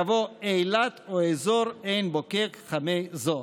יבוא "אילת או אזור עין בוקק-חמי זוהר".